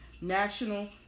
national